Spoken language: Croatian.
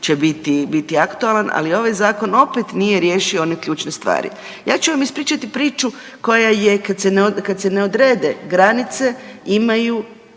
biti aktualan, ali ovaj zakon opet nije riješio one ključne stvari. Ja ću vam ispričati priču koja je kad se, kad se ne odrede granice imaju